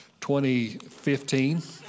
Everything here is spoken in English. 2015